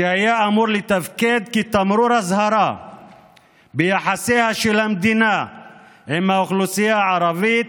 שהיה אמור לתפקד כתמרור אזהרה ביחסיה של המדינה עם האוכלוסייה הערבית,